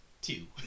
two